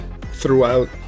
throughout